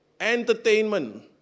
Entertainment